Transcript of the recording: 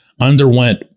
underwent